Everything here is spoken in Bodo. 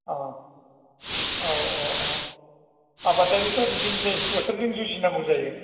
औ औ औ औ आबादारिफ्रा बिदिनोसै बोथोरजों जुजिनांगौ जायो